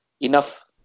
enough